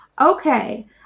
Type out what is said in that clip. okay